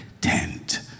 tent